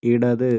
ഇടത്